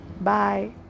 Bye